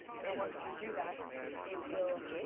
and then once you do that it will